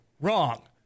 Wrong